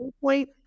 point